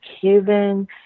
cuban